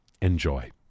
enjoy